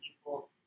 people